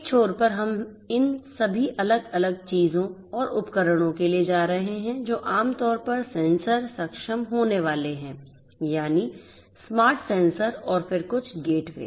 एक छोर पर हम इन सभी अलग अलग चीजों और उपकरणों के लिए जा रहे हैं जो आमतौर पर सेंसर सक्षम होने वाले हैं यानी स्मार्ट सेंसर और फिर कुछ गेटवे